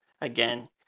again